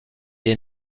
est